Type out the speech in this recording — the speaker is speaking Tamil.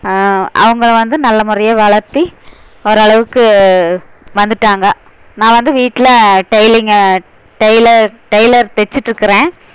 அவங்கள வந்து நல்ல முறையாக வளர்த்தி ஓரளவுக்கு வந்துவிட்டாங்க நான் வந்து வீட்டில் டெய்லிங்கு டெய்லர் டெய்லர் தைச்சிட்ருக்கறேன்